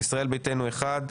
ישראל ביתנו אחד,